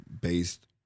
based